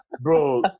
Bro